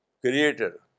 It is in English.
creator